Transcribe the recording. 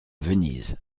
venise